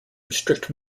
restrict